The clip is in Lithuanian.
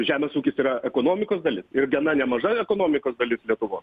žemės ūkis yra ekonomikos dalis ir gana nemaža ekonomikos dalis lietuvos